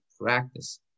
practice